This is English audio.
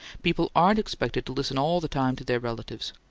people aren't expected to listen all the time to their relatives.